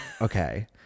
okay